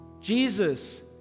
Jesus